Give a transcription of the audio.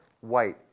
white